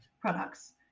products